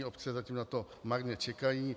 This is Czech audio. Obce zatím na to marně čekají.